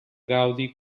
gaudi